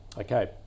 Okay